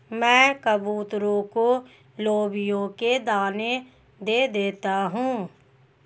मैं कबूतरों को लोबिया के दाने दे देता हूं